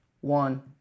one